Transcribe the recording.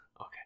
Okay